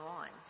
on